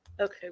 Okay